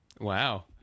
Wow